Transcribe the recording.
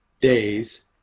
days